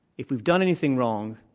if we've done anything wrong,